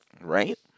right